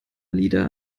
alida